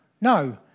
no